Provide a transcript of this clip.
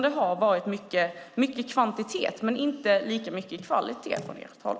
Det har varit mycket kvantitet men inte lika mycket kvalitet från ert håll.